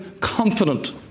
confident